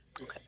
Okay